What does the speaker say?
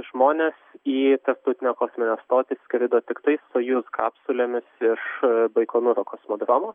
žmonės į tarptautinę kosminę stotį skrido tiktai sojuz kapsulėmis iš baikonūro kosmodromo